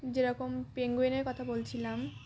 যেরকম পেঙ্গুইনের কথা বলছিলাম